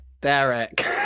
Derek